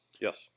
Yes